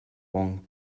franc